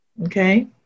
Okay